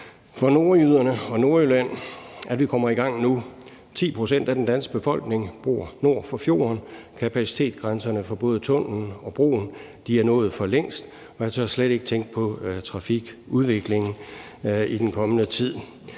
for nordjyderne og for Nordjylland, at vi kommer i gang nu. 10 pct. af den danske befolkning bor nord for fjorden. Kapacitetsgrænserne for både tunnellen og broen er nået for længst, og jeg tør slet ikke tænke på trafikudviklingen i den kommende tid.